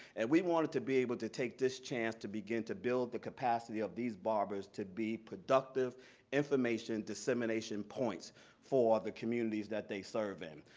and we wanted to be able to take this chance to begin to build the capacity of these barbers to be productive information dissemination points for the communities that they serve in.